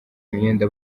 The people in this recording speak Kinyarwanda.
imyenda